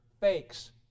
fakes